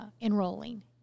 enrolling